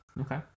okay